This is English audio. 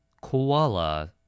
Koala